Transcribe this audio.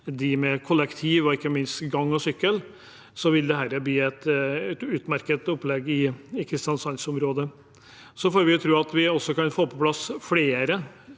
for kollektiv og ikke minst gange og sykkel, vil dette bli et utmerket opplegg i Kristiansands-området. Vi får tro at vi kan få på plass flere